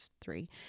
three